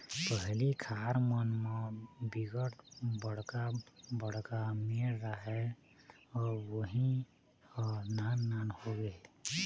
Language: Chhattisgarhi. पहिली खार मन म बिकट बड़का बड़का मेड़ राहय अब उहीं ह नान नान होगे हे